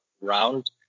round